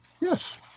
yes